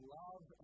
love